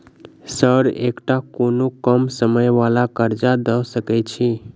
Sir एकटा कोनो कम समय वला कर्जा दऽ सकै छी?